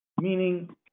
meaning